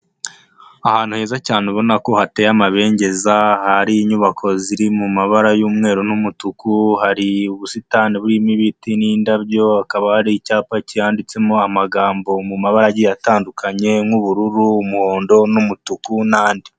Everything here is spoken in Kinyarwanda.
Ahantu heza cyane ubona ko hateye amabengeza, hari inyubako ziri mu mabara y'umweru n'umutuku, hari ubusitani burimo ibiti n'indabyo, hakaba hari icyapa cyanditsemo amagambo mu mabara atandukanye nk'ubururu, umuhondo n'umutuku n'andi.